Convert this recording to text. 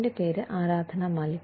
എന്റെ പേര് ആരാധന മാലിക്